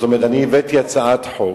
אני הבאתי הצעת חוק,